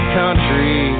country